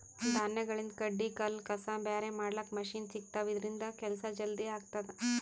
ಧಾನ್ಯಗಳಿಂದ್ ಕಡ್ಡಿ ಕಲ್ಲ್ ಕಸ ಬ್ಯಾರೆ ಮಾಡ್ಲಕ್ಕ್ ಮಷಿನ್ ಸಿಗ್ತವಾ ಇದ್ರಿಂದ್ ಕೆಲ್ಸಾ ಜಲ್ದಿ ಆಗ್ತದಾ